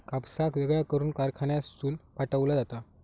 कापसाक वेगळा करून कारखान्यातसून पाठविला जाता